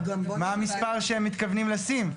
מה המספר שהם מתכוונים לשים?